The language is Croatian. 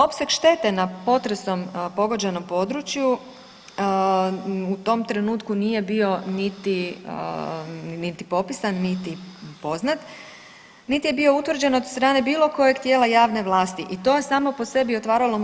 Opseg štete na potresom pogođenom području u tom trenutku nije bio niti popisan, niti poznat, niti je bio utvrđen od strane bilo kojeg tijela javne vlasti i to je samo po sebi otvaralo